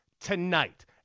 Tonight